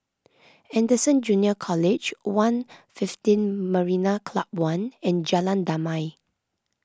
Anderson Junior College one fifteen Marina Club one and Jalan Damai